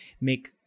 make